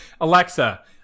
Alexa